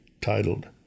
titled